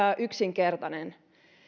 yksinkertainen